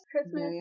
Christmas